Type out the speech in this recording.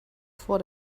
vor